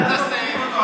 אוסאמה.